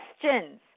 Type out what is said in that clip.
questions